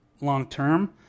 long-term